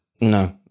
No